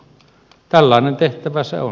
tällainen tehtävä se on